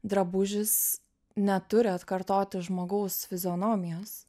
drabužis neturi atkartoti žmogaus fizionomijos